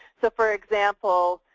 so for example,